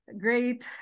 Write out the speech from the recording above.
Great